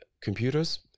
computers